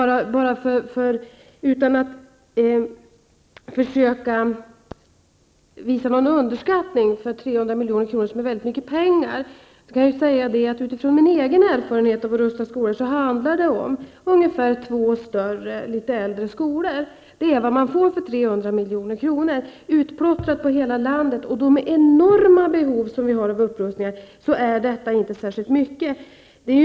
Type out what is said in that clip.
Jag vill inte underskatta 300 milj.kr., som är väldigt mycket pengar, men utifrån min egen erfarenhet av upprustning av skolor handlar det om upprustning av ungefär två större litet äldre skolor. Det är vad man får för 300 milj.kr. Utplottrat över hela landet och med de enorma behov som finns är det inte särskilt mycket pengar.